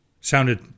Sounded